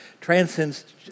Transcends